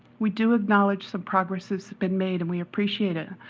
we do acknowledge some progress has been made and we appreciate it,